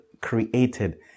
created